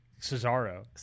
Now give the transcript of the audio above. Cesaro